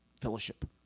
fellowship